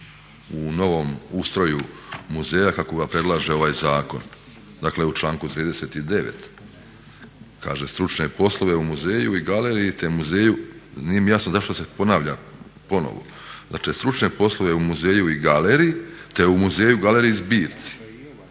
u novom ustroju muzeja kako ga predlaže ovaj zakon? Dakle u članku 39. kaže stručne poslove u muzeju i galeriji te muzeju, nije mi jasno zašto se ponavlja ponovno, znači stručne poslove u muzeju i galeriji te u muzeju, galeriji i zbirci